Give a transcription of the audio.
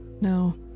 no